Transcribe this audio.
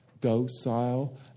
docile